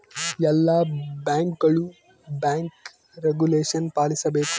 ಎಲ್ಲ ಬ್ಯಾಂಕ್ಗಳು bank regulation ಪಾಲಿಸಬೇಕು